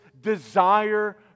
desire